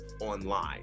online